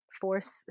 force